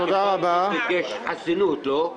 אבל הוא ביקש חסינות, לא?